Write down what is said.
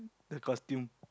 the costume